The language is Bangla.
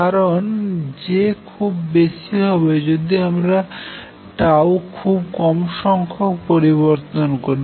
কারন J খুব বেশি হবে যদি আমরা τখুব কম সংখ্যক পরিবর্তন করি